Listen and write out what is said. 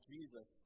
Jesus